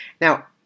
Now